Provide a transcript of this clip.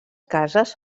cases